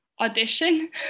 audition